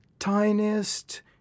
tiniest